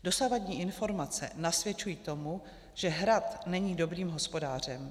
Dosavadní informace nasvědčují tomu, že Hrad není dobrým hospodářem.